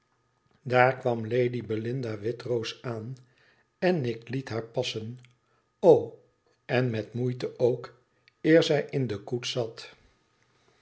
daar kwam lady belinda witroos aan en ik liet haar passen o en met moeite ook eer zij in de koets zat